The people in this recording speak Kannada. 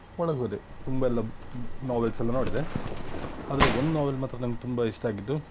ಒಳಗೋದೆ ತುಂಬ ಎಲ್ಲ ನೊ ನೊವೆಲ್ಸ್ ಎಲ್ಲ ನೋಡಿದೆ ಆದರೆ ಒಂದು ನೊವೆಲ್ ಮಾತ್ರ ನಂಗೆ ತುಂಬ ಇಷ್ಟ ಆಗಿದ್ದು